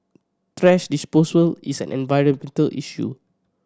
thrash disposal is an environmental issue